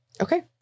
Okay